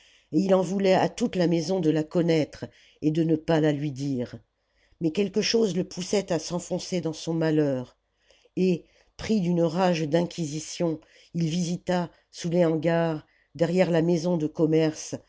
et il en voulait à toute la maison de la connaître et de ne pas la lui dire mais quelque chose le poussait à s'enfoncer dans son malheur et pris d'une rage d'inquisition il visita sous les hangars derrière la maison de commerce